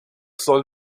soll